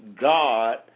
God